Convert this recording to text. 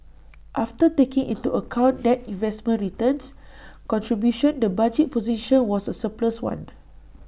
after taking into account net investment returns contribution the budget position was A surplus one